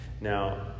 Now